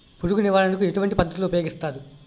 పురుగు నివారణ కు ఎటువంటి పద్ధతులు ఊపయోగిస్తారు?